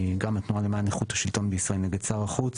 גם התנועה למען איכות השלטון בישראל נגד שר החוץ.